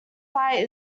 sight